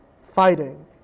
fighting